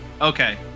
Okay